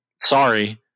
Sorry